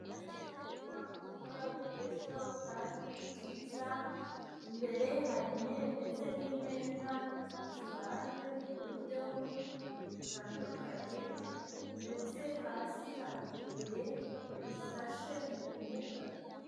Inzu yubatswe neza mu buryo bugezweho kandi bwiza. Imbere hari intebe ndetse n'imeza bibajwe mu buryo butandukanye, ndetse hasi hari utubuye dusashe mu mbuga.